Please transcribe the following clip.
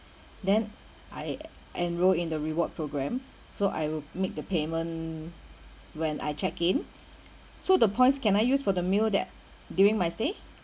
then I enrolled in the reward programme so I will make the payment when I check in so the points can I use for the meal that during my stay